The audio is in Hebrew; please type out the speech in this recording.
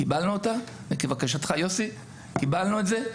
קיבלנו אותה, וכבקשתך יוסי קיבלנו את זה.